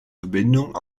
verbindung